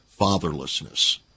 fatherlessness